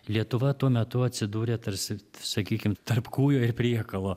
lietuva tuo metu atsidūrė tarsi sakykim tarp kūjo ir priekalo